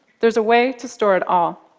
there's a way to store it all.